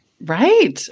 Right